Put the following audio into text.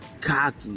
Cocky